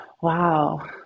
Wow